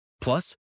Plus